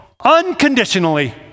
unconditionally